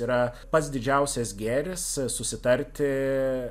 yra pats didžiausias gėris susitarti